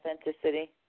authenticity